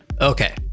Okay